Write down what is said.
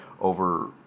over